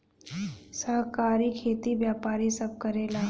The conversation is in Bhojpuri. सहकारी खेती व्यापारी सब करेला